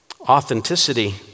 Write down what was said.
Authenticity